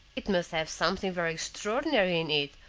it must have something very extraordinary in it,